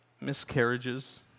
miscarriages